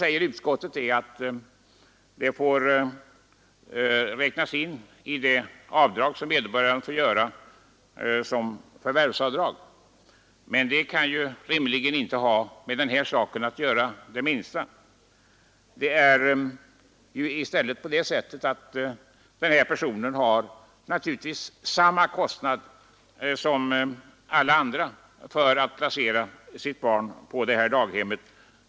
Utskottet säger att avdrag för barntillsynskostnader medges i form av förvärvsavdrag. Men det kan ju inte rimligen ha det minsta med den här saken att göra. De personer detta gäller har naturligtvis samma kostnader som alla andra för barnets plats på daghemmet.